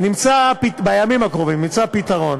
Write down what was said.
נמצא פתרון